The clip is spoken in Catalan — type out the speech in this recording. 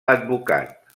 advocat